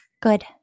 Good